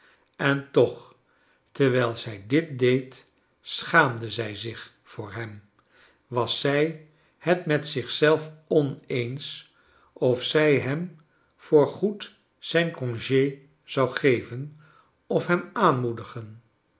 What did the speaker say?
en toch terwijl zij dit deed schaamde zij zich voor hem was zij het met zich zelve oneens of zij hem voor good zijn conge zou geven of hem aanmoedigen